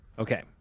Okay